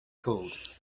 called